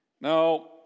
Now